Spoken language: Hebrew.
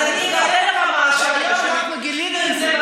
אז אני אגלה לך משהו, היום אנחנו גילינו את זה,